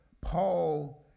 Paul